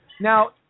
Now